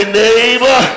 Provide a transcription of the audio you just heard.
neighbor